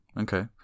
Okay